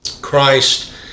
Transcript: Christ